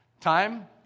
Time